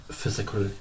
physical